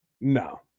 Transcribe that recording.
No